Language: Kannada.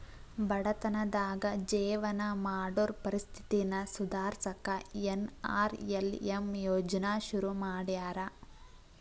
ಬಡತನದಾಗ ಜೇವನ ಮಾಡೋರ್ ಪರಿಸ್ಥಿತಿನ ಸುಧಾರ್ಸಕ ಎನ್.ಆರ್.ಎಲ್.ಎಂ ಯೋಜ್ನಾ ಶುರು ಮಾಡ್ಯಾರ